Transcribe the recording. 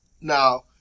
now